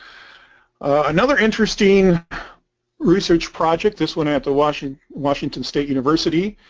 another interesting research project, this one at the washington washington state university